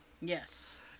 Yes